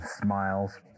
smiles